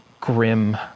grim